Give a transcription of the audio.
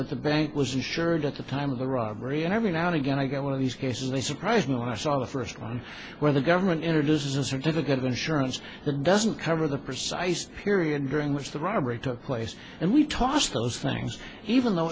that the bank was insured at the time of the robbery and every now and again i get one of these cases they surprised me when i saw the first one where the government introduces a certificate of insurance doesn't cover the precise period during which the robbery took place and we toss those things even though